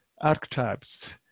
archetypes